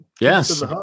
Yes